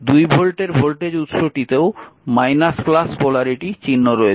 2 ভোল্টের ভোল্টেজ উৎসটিতেও পোলারিটি চিহ্ন রয়েছে